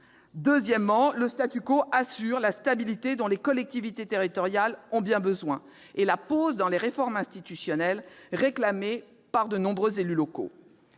Deuxièmement, le assure la stabilité dont les collectivités territoriales ont bien besoin et la pause dans les réformes institutionnelles réclamée par de nombreux élus locaux.